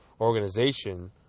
organization